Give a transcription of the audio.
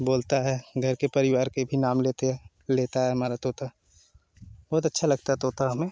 बोलता है घर के परिवार भी नाम लेते लेता है हमारा तोता बहुत अच्छा लगता है तोता हमें